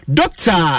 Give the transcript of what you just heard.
doctor